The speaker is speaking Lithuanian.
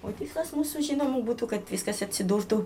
o tikslas mūsų žinoma būtų kad viskas atsidurtų